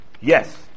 Yes